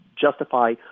justify